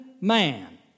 man